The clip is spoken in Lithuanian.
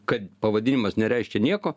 kad pavadinimas nereiškia nieko